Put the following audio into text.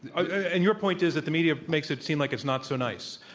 and your point is that the media makes it seem like it's not so nice?